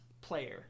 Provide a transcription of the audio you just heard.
player